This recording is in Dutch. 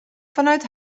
vanuit